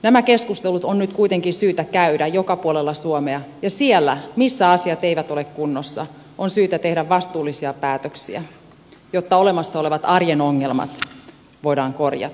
nämä keskustelut on nyt kuitenkin syytä käydä joka puolella suomea ja siellä missä asiat eivät ole kunnossa on syytä tehdä vastuullisia päätöksiä jotta olemassa olevat arjen ongelmat voidaan korjata